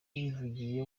yivugiye